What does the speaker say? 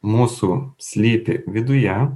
mūsų slypi viduje